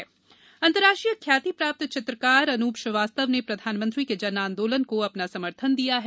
जन आंदोलन अंतर्राष्ट्रीय ख्याति प्राप्त चित्रकार अनुप श्रीवास्तव ने प्रधानमंत्री के जन आंदोलन को अपना समर्थन दिया है